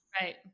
Right